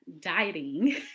Dieting